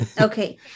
Okay